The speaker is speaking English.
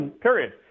period